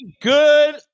good –